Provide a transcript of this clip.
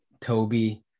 Toby